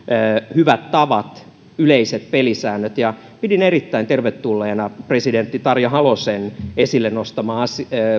hyvät tavat yleiset pelisäännöt pidin erittäin tervetulleena presidentti tarja halosen esille nostamaa